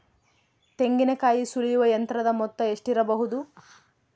ತೆಂಗಿನಕಾಯಿ ಸುಲಿಯುವ ಯಂತ್ರದ ಮೊತ್ತ ಎಷ್ಟಿರಬಹುದು?